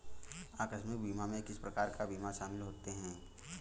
आकस्मिक बीमा में किस प्रकार के बीमा शामिल होते हैं?